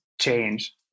change